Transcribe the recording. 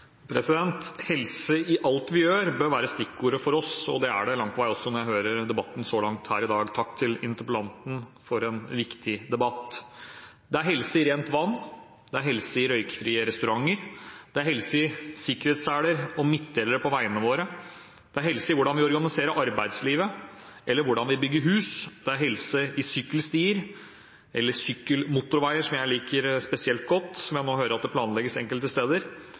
langt her i dag. Takk til interpellanten for en viktig debatt. Det er helse i rent vann, det er helse i røykfrie restauranter, det er helse i sikkerhetsseler og midtdeler på veiene våre, det er helse i hvordan vi organiserer arbeidslivet, eller hvordan vi bygger hus, det er helse i sykkelstier eller sykkelmotorveier, som jeg liker spesielt godt, som jeg nå hører at det planlegges enkelte steder.